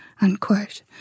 unquote